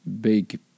big